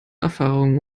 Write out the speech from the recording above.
erfahrung